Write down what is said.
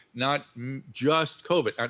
not just covid.